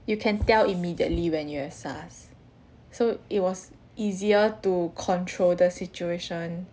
you can tell immediately when you have SARS so it was easier to control the situation